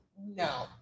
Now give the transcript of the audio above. No